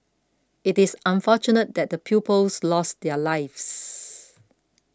it is unfortunate that the pupils lost their lives